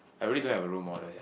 I really don't have a role model